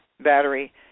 battery